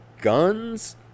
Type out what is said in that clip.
guns